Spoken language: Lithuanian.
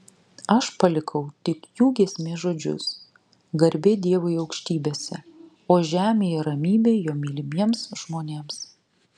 aš palikau tik jų giesmės žodžius garbė dievui aukštybėse o žemėje ramybė jo mylimiems žmonėms